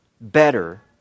better